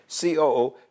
COO